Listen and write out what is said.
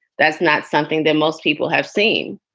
that's not something that most people have seen.